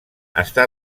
està